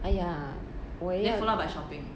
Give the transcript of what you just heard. !aiya! 我也要